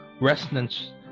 resonance